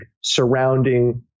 surrounding